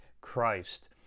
Christ